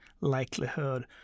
likelihood